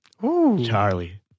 Charlie